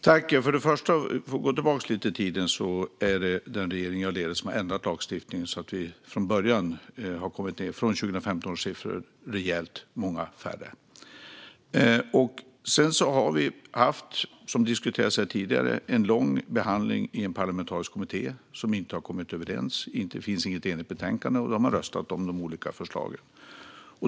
Herr talman! Låt mig först gå tillbaka lite i tiden. Det är den regering som jag leder som har ändrat lagstiftningen så att vi har kommit ned från 2015 års siffror - rejält många färre. Precis som har diskuterats tidigare har det varit en lång behandling i en parlamentarisk kommitté. Där har man inte kommit överens, och det finns inte ett enigt betänkande. De har röstat om de olika förslagen.